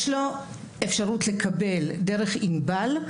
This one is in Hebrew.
יש לו אפשרות לקבל דרך "ענבל",